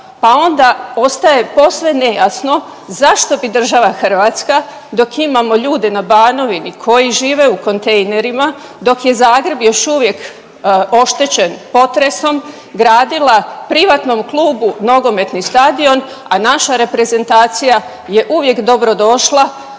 pa onda ostaje posve nejasno zašto bi država Hrvatska dok imamo ljude na Banovini koji žive u kontejnerima, dok je Zagreb još uvijek oštećen potresom gradila privatnom klubu nogometni stadion, a naša reprezentacija je uvijek dobrodošla